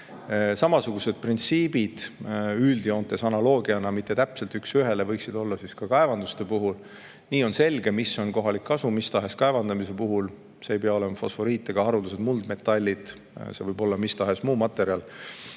Samasugused printsiibid – üldjoontes, analoogiana, mitte täpselt üks ühele – võiksid olla kaevanduste puhul. Nii on selge, mis on kohalik kasu mis tahes kaevandamise puhul. See ei pea olema fosforiit ega haruldased muldmetallid. See võib olla mis tahes muu materjal.